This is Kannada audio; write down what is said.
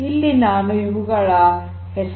ಇಲ್ಲಿ ನಾನು ಇವುಗಳ ಹೆಸರುಗಳನ್ನು ಉಲ್ಲೇಖಿಸುತ್ತಿದ್ದೇನೆ